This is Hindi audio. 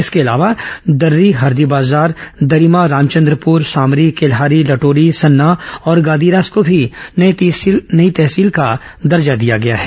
इसके अलावा दर्शी हरदीबाजार दरिमा रामचंद्रपुर सामरी केल्हारी लटोरी सन्ना और गादीरास को भी नई तहसील का दर्जा दिया गया है